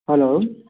hello